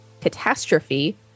Catastrophe